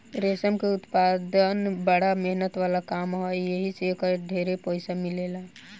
रेशम के उत्पदान बड़ा मेहनत वाला काम ह एही से एकर ढेरे पईसा मिलेला